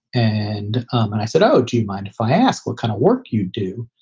and um and i said, oh, do you mind if i ask what kind of work you do?